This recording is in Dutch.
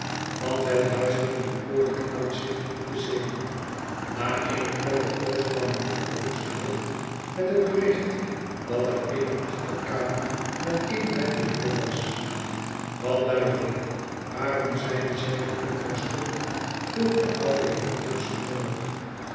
want het huis had een bekoorlijk uitzicht op de zee na eene korte poos kwam jufvrouw tuggs terug met het bericht dat er eene achterkamer met een bed te huur was wat duivel waarom zeide zij dat nietterstond vroeg de oude heer tuggs knorrig